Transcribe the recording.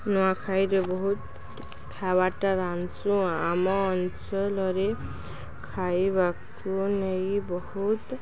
ନୂଆଖାଇରେ ବହୁତ ଖାଇବାଟା ରାନ୍ଧସୁଁ ଆମ ଅଞ୍ଚଳରେ ଖାଇବାକୁ ନେଇ ବହୁତ